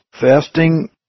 fasting